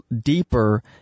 deeper